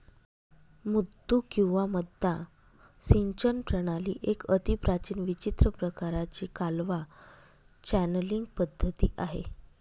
मुद्दू किंवा मद्दा सिंचन प्रणाली एक अतिप्राचीन विचित्र प्रकाराची कालवा चॅनलींग पद्धती आहे